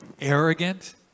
arrogant